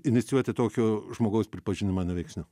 inicijuoti tokio žmogaus pripažinimą neveiksniu